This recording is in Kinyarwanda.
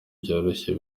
byoroheje